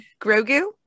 Grogu